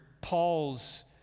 Paul's